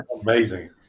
amazing